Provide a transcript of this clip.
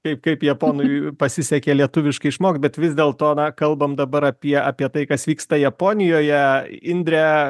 kaip kaip japonui pasisekė lietuviškai išmokt bet vis dėl to kalbam dabar apie apie tai kas vyksta japonijoje indre